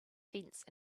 fence